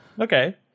Okay